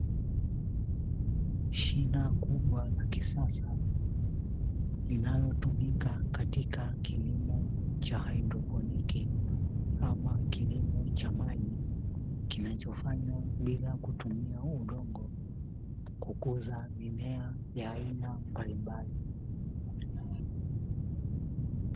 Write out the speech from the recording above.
Shina kubwa la kisasa, linalotumika katika kilimo cha haidroponi ama kilimo cha maji kinachofanywa bila kutumia udongo, kukuza mimea ya aina mbalimbali.